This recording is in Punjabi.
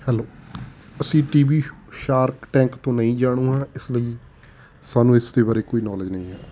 ਹੈਲੋ ਅਸੀਂ ਟੀ ਵੀ ਸ਼ ਸ਼ਾਰਕ ਟੈਂਕ ਤੋਂ ਨਹੀਂ ਜਾਣੂ ਹਾਂ ਇਸ ਲਈ ਸਾਨੂੰ ਇਸ ਦੇ ਬਾਰੇ ਕੋਈ ਨੌਲੇਜ ਨਹੀਂ ਹੈ